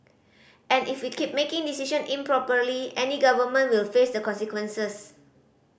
and if we keep making decision improperly any government will face the consequences